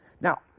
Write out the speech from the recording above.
Now